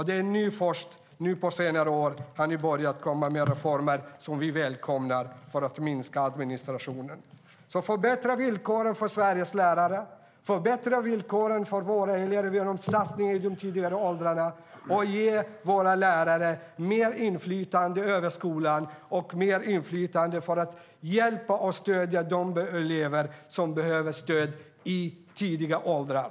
Det först på senare år som ni har börjat komma med reformer för att minska administrationen, som vi välkomnar. Förbättra villkoren för Sveriges lärare. Förbättra villkoren för våra elever genom satsningar i tidig ålder. Ge våra lärare mer inflytande över skolan och mer inflytande för att hjälpa och stödja de elever som behöver stöd i tidig ålder.